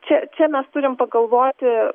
čia čia mes turim pagalvoti